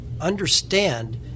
understand